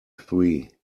three